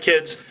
kids